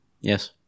Yes